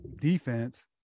defense